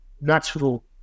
natural